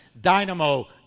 dynamo